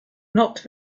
not